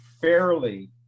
fairly